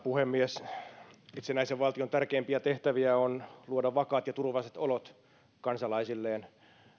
puhemies itsenäisen valtion tärkeimpiä tehtäviä on luoda vakaat ja turvalliset olot kansalaisilleen